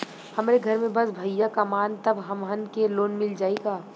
हमरे घर में बस भईया कमान तब हमहन के लोन मिल जाई का?